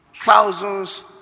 thousands